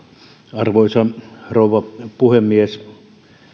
arvoisa rouva puhemies